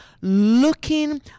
looking